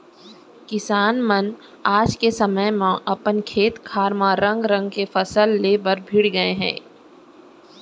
किसान मन आज के समे म अपन खेत खार म रंग रंग के फसल ले बर भीड़ गए हें